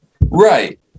right